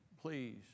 Please